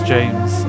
James